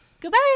Goodbye